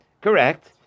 Correct